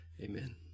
amen